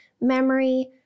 memory